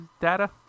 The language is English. data